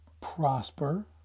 prosper